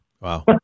Wow